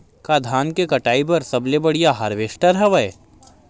का धान के कटाई बर सबले बढ़िया हारवेस्टर हवय?